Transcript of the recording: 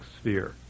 sphere